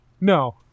No